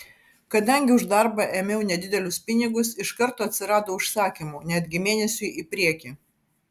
kadangi už darbą ėmiau nedidelius pinigus iš karto atsirado užsakymų netgi mėnesiui į priekį